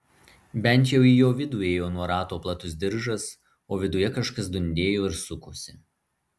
bent jau į jo vidų ėjo nuo rato platus diržas o viduje kažkas dundėjo ir sukosi